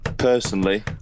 personally